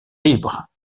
libre